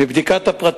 והמשטרה